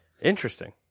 Interesting